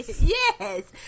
yes